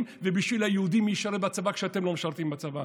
ובשביל היהודים מי ישרת בצבא כשאתם לא משרתים בצבא.